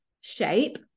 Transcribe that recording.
shape